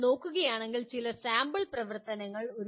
നിങ്ങൾ നോക്കുകയാണെങ്കിൽ ചില സാമ്പിൾ പ്രവർത്തനങ്ങൾ